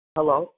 Hello